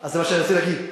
אז מה שרציתי להגיד,